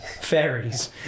Fairies